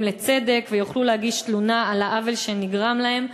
לצדק ויוכלו להגיש תלונה על העוול שנגרם להם.